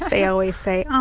ah they always say, um